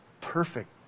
Perfect